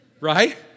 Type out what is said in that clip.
right